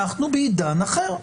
אנחנו בעידן אחר.